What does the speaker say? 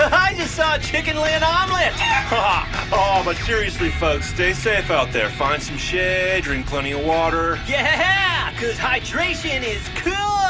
ah i just saw a chicken lay an omelet oh, but seriously, folks, stay safe out there. find some shade. drink plenty of water yeah, because hydration is cool